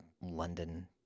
London